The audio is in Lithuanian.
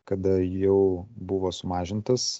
kada jau buvo sumažintas